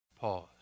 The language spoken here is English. Pause